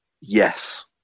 yes